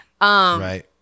right